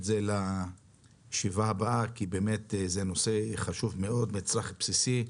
זה לישיבה הבאה כי זה נושא חשוב מאוד ומהווה מצרך בסיסי,